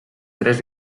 tres